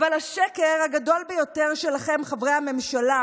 אבל השקר הגדול ביותר שלכם, חברי הממשלה,